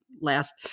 last